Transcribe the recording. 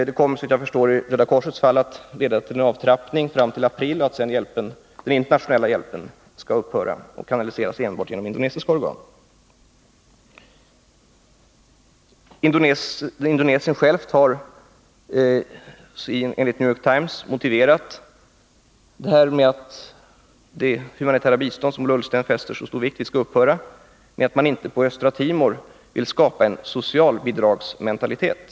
Det kommer, såvitt jag förstår, i Röda korsets fall att leda till en avtrappning fram till april, att den internationella hjälpen sedan skall upphöra och att hjälp i fortsättningen skall kanaliseras enbart genom indonesiska organ. Indonesien självt har enligt New York Times motiverat beslutet att det humanitära bistånd, som Ola Ullsten fäster så stor vikt vid, skall upphöra med att man inte på Östra Timor vill skapa en socialbidragsmentalitet.